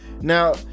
Now